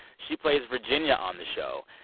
she plays virginia on the show.